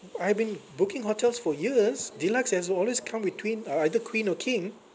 I've been booking hotels for years deluxe has always come with twin uh either queen or king